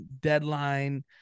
deadline